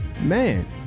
man